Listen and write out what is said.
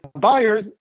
buyers